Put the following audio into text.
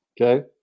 okay